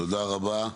תודה רבה.